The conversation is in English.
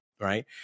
Right